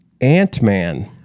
Ant-Man